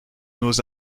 nos